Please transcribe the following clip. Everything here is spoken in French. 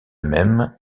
même